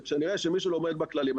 כשנראה שמישהו לא עומד בכללים,